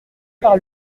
par